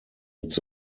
its